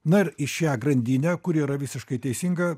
na ir į šią grandinę kuri yra visiškai teisinga